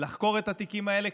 לחקור את התיקים האלה,